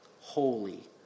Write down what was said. holy